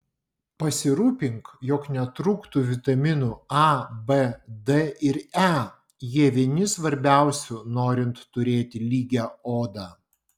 pasirūpink jog netrūktų vitaminų a b d ir e jie vieni svarbiausių norint turėti lygią odą